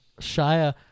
Shia